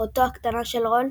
אחותו הקטנה של רון,